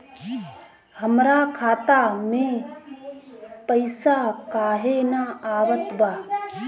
हमरा खाता में पइसा काहे ना आवत बा?